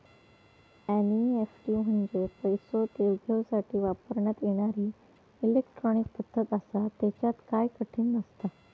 NEFT म्हंजे पैसो देवघेवसाठी वापरण्यात येणारी इलेट्रॉनिक पद्धत आसा, त्येच्यात काय कठीण नसता